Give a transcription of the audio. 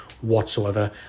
whatsoever